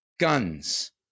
guns